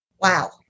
Wow